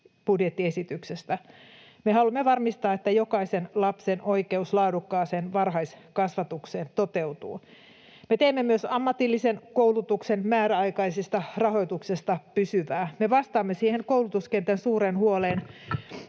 budjettiesityksestä. Me haluamme varmistaa, että jokaisen lapsen oikeus laadukkaaseen varhaiskasvatukseen toteutuu. Me teemme myös ammatillisen koulutuksen määräaikaisesta rahoituksesta pysyvää. Me vastaamme siihen koulutuskentän suureen huoleen,